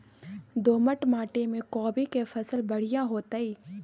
दोमट माटी में कोबी के फसल बढ़ीया होतय?